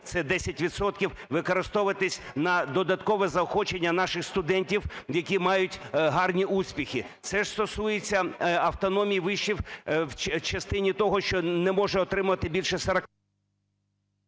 використовуватися на додаткове заохочення наших студентів, які мають гарні успіхи. Це ж стосується автономії вишів в частині того, що не може отримувати більше...